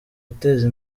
guteza